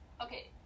Okay